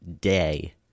day